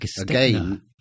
Again